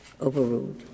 overruled